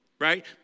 right